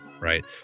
right